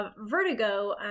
vertigo